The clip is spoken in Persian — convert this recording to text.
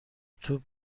توپ